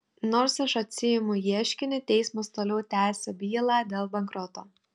nors aš atsiimu ieškinį teismas toliau tęsia bylą dėl bankroto